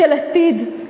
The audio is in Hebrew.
של עתיד,